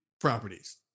properties